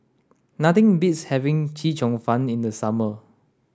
nothing beats having Chee Cheong fun in the summer